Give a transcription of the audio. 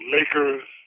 Lakers